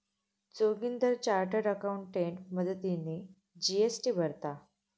Joginder chartered accountant मदतीने GST भरता